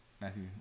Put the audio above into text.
Matthew